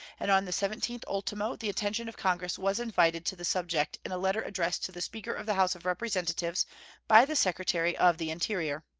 and on the seventeenth ultimo the attention of congress was invited to the subject in a letter addressed to the speaker of the house of representatives by the secretary of the interior.